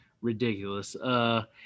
ridiculous